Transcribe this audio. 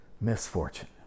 misfortune